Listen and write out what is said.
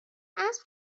اسب